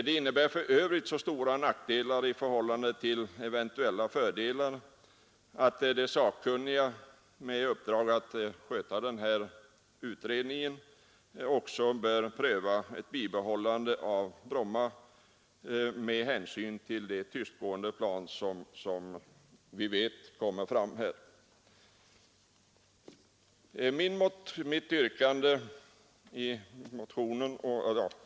Det innebär för övrigt så stora nackdelar i förhållande till eventuella fördelar att de sakkunniga också bör pröva ett bibehållande av Bromma med hänsyn till de tystgående plan som vi vet kommer att kunna tas i trafik.